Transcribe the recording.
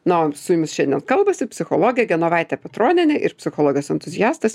na o su jumis šiandien kalbasi psichologė genovaitė petronienė ir psichologas entuziastas